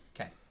Okay